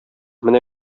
менә